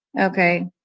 Okay